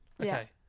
Okay